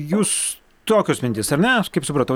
jūs tokios mintys ar ne aš kaip supratau